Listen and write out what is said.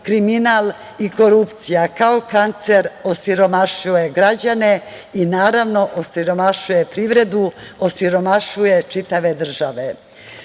kriminal i korupcija, kao kancer osiromašuje građane i naravno osiromašuje privredu, osiromašuje čitave države. Moram